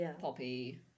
poppy